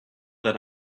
that